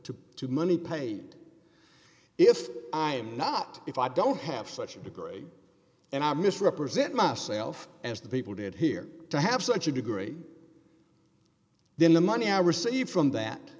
to to money paid if i'm not if i don't have such a degree and i misrepresent myself as the people did here to have such a degree then the money i receive from that